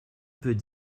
peut